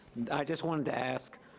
i just wanted to ask.